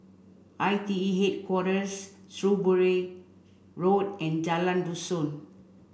I T E Headquarters Shrewsbury Road and Jalan Dusun